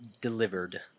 delivered